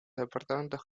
departamentos